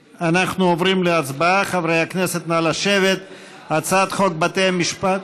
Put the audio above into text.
שיצטרכו להגדיר כתוצאה מזה מה זאת עבירת משמעת,